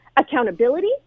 accountability